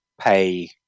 pay